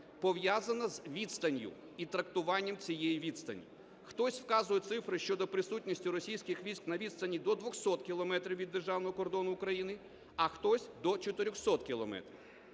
пов'язано з відстанню і трактуванням цієї відстані. Хтось вказує цифри щодо присутності російських військ на відстані до 200 кілометрів від державного кордону України, а хтось – до 400 кілометрів.